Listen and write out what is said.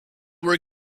were